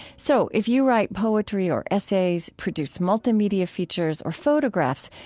so if you write poetry or essays, produce multimedia features or photographs,